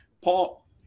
Paul